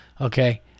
okay